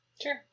sure